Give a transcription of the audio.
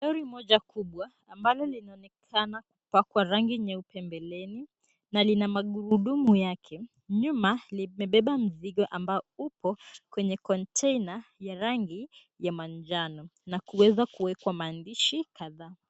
Lori moja kubwa ambalo linaonekana kupakwa rangi nyeupe mbeleni na lina magurudumu yake. Nyuma limebeba mzigo ambao upo kwenye container ya rangi ya manjano na kuweza kuwekwa maandishi kadhaa.